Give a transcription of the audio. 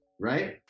right